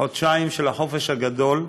החודשיים של החופש הגדול,